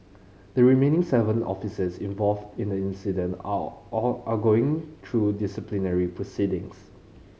the remaining seven officers involved in the incident are going through disciplinary proceedings